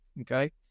Okay